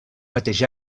mateix